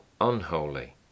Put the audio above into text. unholy